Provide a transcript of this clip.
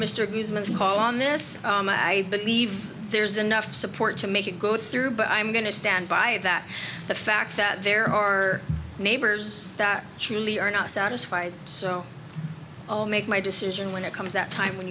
guzman's call on this i believe there's enough support to make it go through but i'm going to stand by that the fact that there are neighbors that truly are not satisfied so i'll make my decision when it comes at a time when